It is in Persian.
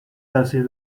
تاثیر